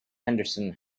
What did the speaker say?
henderson